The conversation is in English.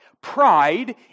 Pride